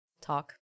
talk